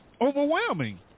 overwhelming